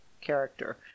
character